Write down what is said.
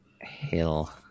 Hill